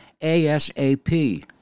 ASAP